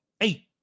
Eight